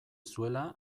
zuela